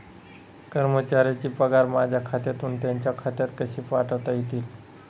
कर्मचाऱ्यांचे पगार माझ्या खात्यातून त्यांच्या खात्यात कसे पाठवता येतील?